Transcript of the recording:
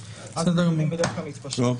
אז הצדדים בדרך כלל מתפשרים.